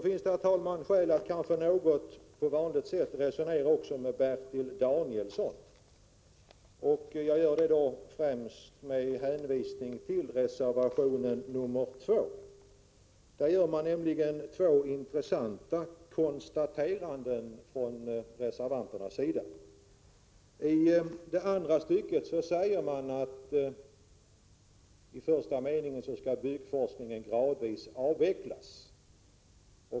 Herr talman! Det finns även skäl att på vanligt sätt något resonera med Bertil Danielsson. Jag gör det främst med hänvisning till reservation 2. I den reservationen gör moderaterna nämligen två intressanta konstateranden. I det andra styckets första mening säger man att statens råd för byggnadsforskning gradvis skall avvecklas.